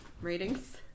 Ratings